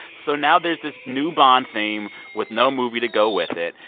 so now there's this new bond theme with no movie to go with it.